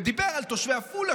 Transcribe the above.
ודיבר על תושבי עפולה,